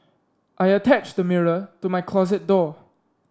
I attached a mirror to my closet door